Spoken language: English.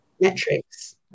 metrics